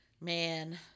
man